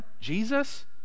Jesus